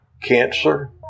cancer